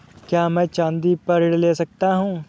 क्या मैं चाँदी पर ऋण ले सकता हूँ?